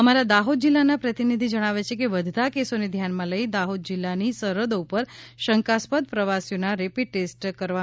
અમારા દાહોદ જિલ્લાના પ્રતિનિધિ જણાવે છે કે વધતાં કેસોને ધ્યાનમાં લઈ દાહોદ જિલ્લાની સરહદો ઉપર શંકાસ્પદ પ્રવાસીઓના રેપીડ ટેસ્ટ કરવાનો પ્રારંભ કરાયો છે